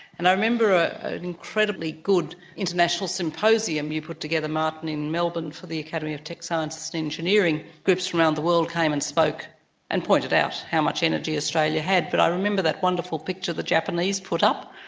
and i remember ah an incredibly good international symposium you put together, martin, in melbourne for the academy of tech sciences and engineering. groups from around the world came and spoke and pointed out how much energy australia had. but i remember that wonderful picture the japanese put up.